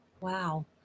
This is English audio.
Wow